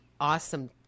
awesome